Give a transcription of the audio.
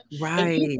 Right